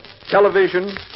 television